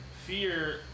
fear